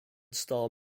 star